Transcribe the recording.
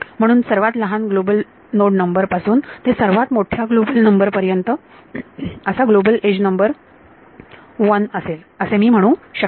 म्हणून सर्वात लहान ग्लोबल नोड नंबर पासून ते सर्वात मोठ्या ग्लोबल नंबर पर्यंत असा ग्लोबल एज नंबर वन असेल असे मी म्हणू शकेन